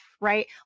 right